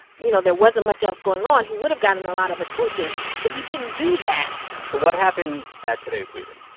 you know, there wasn't much else going on. he would have gotten a lot of attention, but he didn't do that so what happened at today's meeting?